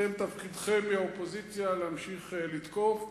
אתם, תפקידכם מהאופוזיציה להמשיך לתקוף.